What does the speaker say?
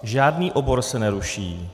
Žádný obor se neruší.